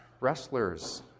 wrestlers